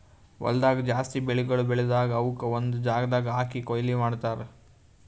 ಹೊಲ್ದಾಗ್ ಜಾಸ್ತಿ ಬೆಳಿಗೊಳ್ ಬೆಳದಾಗ್ ಅವುಕ್ ಒಂದು ಜಾಗದಾಗ್ ಹಾಕಿ ಕೊಯ್ಲಿ ಮಾಡ್ತಾರ್